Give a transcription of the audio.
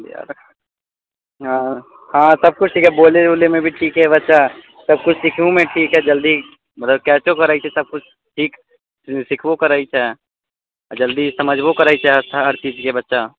हँ सबकिछु ठीक हइ बोलै उलैमे भी ठीक हइ बच्चा सबकिछु सिखैओमे ठीक हइ जल्दी मतलब कैचो करै छै सबकिछु ठीक सिखबो करै छै आओर जल्दी समझबो करै छै हर चीजके बच्चा